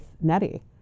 Nettie